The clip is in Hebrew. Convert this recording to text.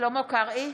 שלמה קרעי,